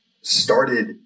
started